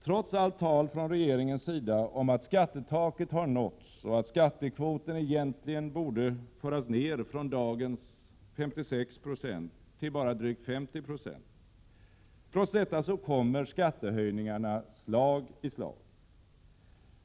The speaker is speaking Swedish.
Trots allt tal från regeringens sida om att skattetaket har nåtts och att skattekvoten egentligen borde föras ned från dagens 56 9 till bara drygt 50 96, kommer skattehöjningarna slag i slag.